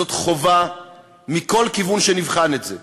זאת חובה מכל כיוון שנבחן את זה.